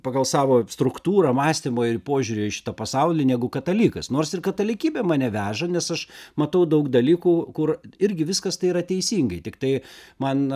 pagal savo struktūrą mąstymo ir požiūrio į šitą pasaulį negu katalikas nors ir katalikybė mane veža nes aš matau daug dalykų kur irgi viskas tai yra teisingai tiktai man